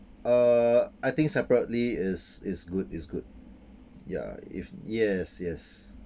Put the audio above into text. uh I think separately is is good is good ya if yes yes